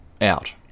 out